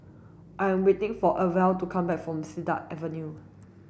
I am waiting for Orvel to come back from Cedar Avenue